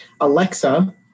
Alexa